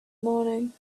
morning